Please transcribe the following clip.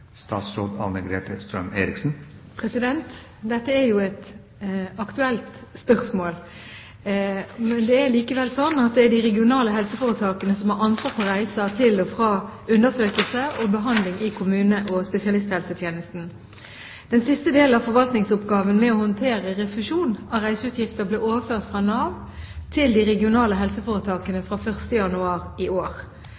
Dette er jo et aktuelt spørsmål. Men det er likevel slik at det er de regionale helseforetakene som har ansvar for reiser til og fra undersøkelse og behandling i kommune- og spesialisthelsetjenesten. Den siste delen av forvaltningsoppgaven med å håndtere refusjon av reiseutgifter ble overført fra Nav til de regionale helseforetakene